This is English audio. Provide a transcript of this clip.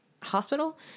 hospital